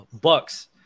Bucks